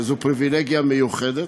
שזו פריבילגיה מיוחדת,